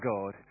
God